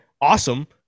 Awesome